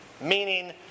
Meaning